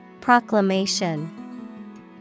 Proclamation